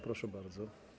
Proszę bardzo.